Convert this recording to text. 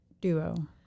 duo